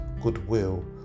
goodwill